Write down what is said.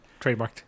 trademarked